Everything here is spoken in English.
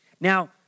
Now